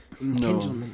No